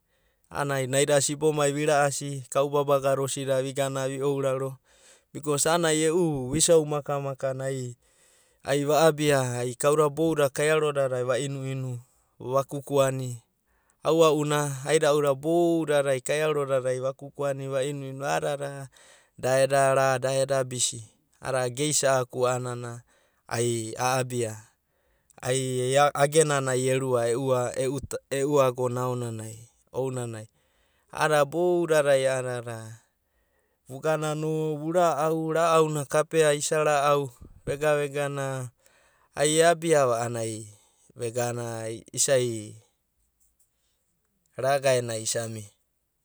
A’anana ai naida sibomai vina asi, kau babaga da asida bicos a’anana ai eu viusa da maka maka da, ai va’abia ai kauda boudadai kaiaro dadai vainu inu, vaka ku ani, a’ua’na, ada uda, bou dada kaiaroda dai vaku kani, va inu inu, a’ada da da eda na, da eda bisi, a’adada, geisaku anana, ai a’abia, ai nana ai erua, ai e’u agena ai erua, eu agona agona aonanai a’ada bouda a’dada, vugana no varu’au, ra’auna kapea isa ra’au, vega vega na, ai eabia va a’anamna, ai vegana isai ragea nai isa mia.